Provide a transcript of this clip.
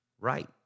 right